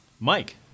Mike